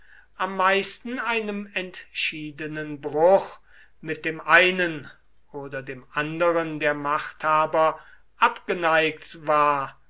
am meisten einem entschiedenen bruch mit dem einen oder dem anderen der machthaber abgeneigt war